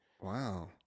Wow